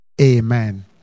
Amen